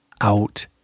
out